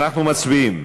אנחנו מצביעים